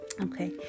Okay